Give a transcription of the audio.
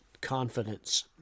confidence